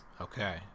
Okay